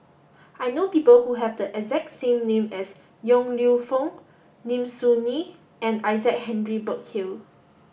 I know people who have the exact name as Yong Lew Foong Lim Soo Ngee and Isaac Henry Burkill